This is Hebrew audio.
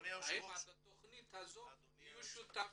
האם בתוך התכנית הזאת הם יהיו שותפים,